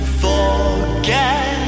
forget